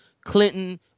Clinton